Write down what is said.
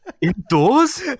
indoors